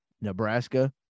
Nebraska